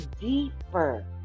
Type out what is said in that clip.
deeper